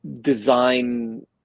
design